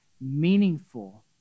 meaningful